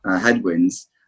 headwinds